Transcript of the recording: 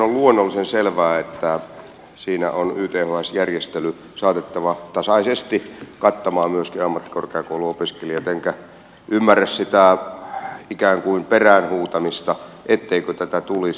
on luonnollisen selvää että tässä toisessa vaiheessa on yths järjestely saatettava tasaisesti kattamaan myöskin ammattikorkeakouluopiskelijat enkä ymmärrä sitä ikään kuin perään huutamista etteikö tätä tulisi